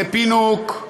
זה פינוק.